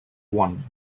one